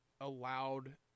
allowed